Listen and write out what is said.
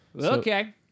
Okay